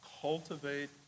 cultivate